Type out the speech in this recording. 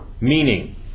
Meaning